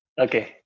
Okay